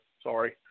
Sorry